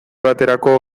baterako